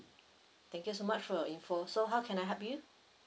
thank you so much for your info so how can I help you